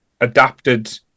adapted